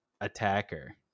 attacker